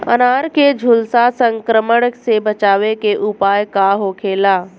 अनार के झुलसा संक्रमण से बचावे के उपाय का होखेला?